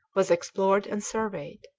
was explored and surveyed.